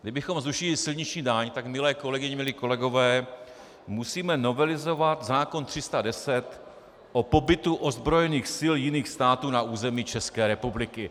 Kdybychom zrušili silniční daň, tak milé kolegyně, milí kolegové, musíme novelizovat zákon 310 o pobytu ozbrojených sil jiných států na území České republiky.